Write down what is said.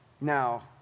now